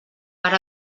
per